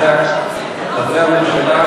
חברי הממשלה,